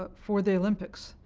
but for the olympics.